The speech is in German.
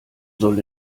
soll